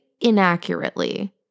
inaccurately